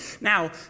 Now